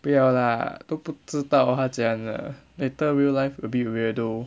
不要啦都不知道他怎样的 later real life a bit weirdo